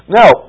now